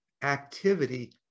activity